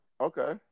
Okay